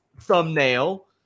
thumbnail